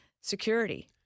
security